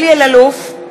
(קוראת בשמות חברי הכנסת) אלי אלאלוף,